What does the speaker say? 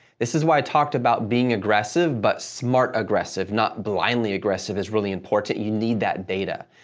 this is why i talked about being aggressive, but smart aggressive, not blindly aggressive is really important, you need that data.